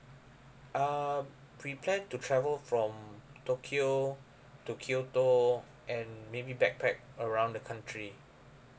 uh we plan to travel from tokyo to kyoto and maybe backpack around the country